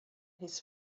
his